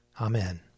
Amen